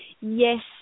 yes